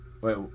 wait